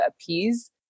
appease